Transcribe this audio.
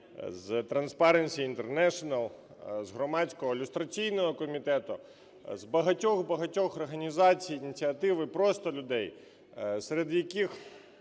з Transparency International, з Громадського люстраційного комітету, з багатьох-багатьох організацій, ініціатив і просто людей, серед яких,